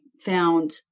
found